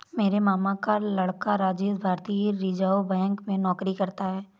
मेरे मामा का लड़का राजेश भारतीय रिजर्व बैंक में नौकरी करता है